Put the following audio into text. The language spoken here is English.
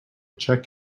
check